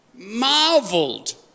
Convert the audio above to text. Marveled